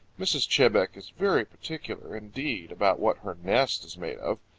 mrs. chebec is very particular indeed about what her nest is made of.